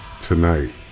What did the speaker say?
Tonight